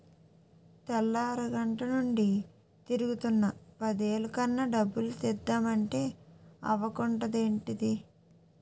తెల్లారగట్టనుండి తిరుగుతున్నా పదేలు కన్నా డబ్బు తీద్దమంటే అవకుంటదేంటిదీ?